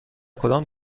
کدام